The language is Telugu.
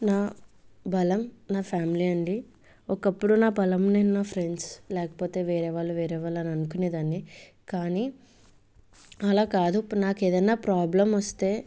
నా బలం నా ఫ్యామిలీ అండి ఒకప్పుడు నా బలం నేను నా ఫ్రెండ్స్ లేకపోతే వేరే వాళ్ళు వేరే వాళ్ళు అని అనుకునేదాన్ని కానీ అలా కాదు ఇప్పుడు నాకు ఏదైనా ప్రాబ్లం వస్తే